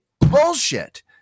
bullshit